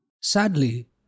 Sadly